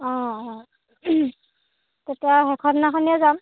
অঁ অঁ তেতিয়া শেষৰ দিনাখনই যাম